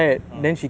oh